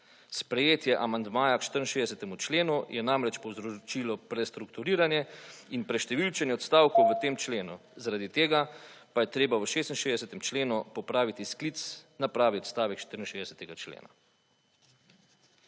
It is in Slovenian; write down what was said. Sprejetje amandmaja k 64. členu je namreč povzročilo prestrukturiranje in preštevilčenje odstavkov v tem členu. Zaradi tega pa je treba v 66. členu popraviti sklic na pravi / nerazumljivo/ 64. člena.